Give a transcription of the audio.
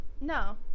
No